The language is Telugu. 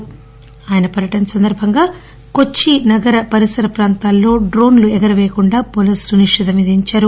ప్రధాన మంత్రి పర్యటన సందర్బంగా కొచ్చి నగర పరిసర ప్రాంతాల్లో డ్రోన్ లను ఎగురవేయకుండా పోలీసు నిషేధం విధించారు